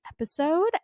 episode